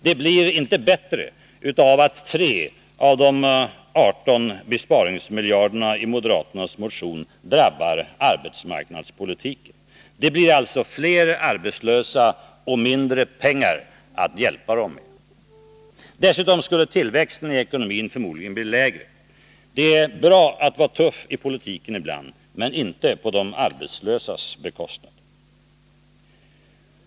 Det blir inte bättre av att 3 av de 18 besparingsmiljarderna i moderaternas motion drabbar arbetsmarknadspolitiken. Det blir alltså fler arbetslösa och mindre pengar att hjälpa dem med. Dessutom skulle tillväxten i ekonomin förmodligen bli lägre. Det är bra att vara tuff i politiken ibland — men inte på de arbetslösas bekostnad.